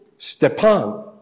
Stepan